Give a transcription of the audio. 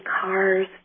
cars